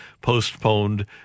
postponed